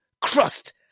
crust